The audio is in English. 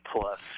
plus